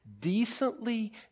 decently